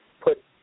put